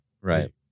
right